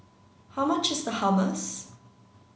how much is Hummus